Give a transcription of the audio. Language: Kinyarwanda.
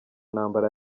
ntambara